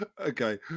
Okay